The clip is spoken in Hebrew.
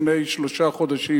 לפני שלושה חודשים